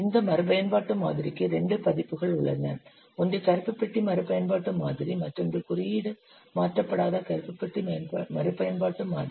இந்த மறுபயன்பாட்டு மாதிரிக்கு இரண்டு பதிப்புகள் உள்ளன ஒன்று கருப்பு பெட்டி மறுபயன்பாட்டு மாதிரி மற்றொன்று குறியீடு மாற்றப்படாத கருப்பு பெட்டி மறுபயன்பாட்டு மாதிரி